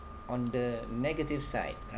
on the negative side